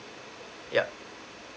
yup